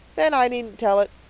then i needn't tell it,